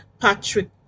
Patrick